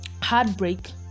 heartbreak